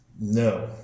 No